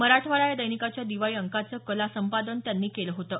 मराठवाडा या दैनिकाच्या दिवाळी अंकाचं कला संपादन त्यांनी केलं होतं